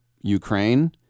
Ukraine